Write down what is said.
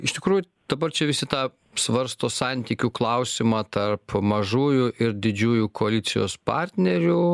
iš tikrųjų dabar čia visi tą svarsto santykių klausimą tarp mažųjų ir didžiųjų koalicijos partnerių